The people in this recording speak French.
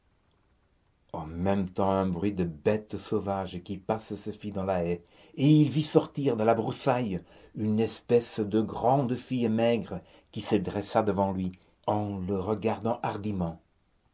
en même temps un bruit de bête fauve qui passe se fit dans la haie et il vit sortir de la broussaille une espèce de grande fille maigre qui se dressa devant lui en le regardant hardiment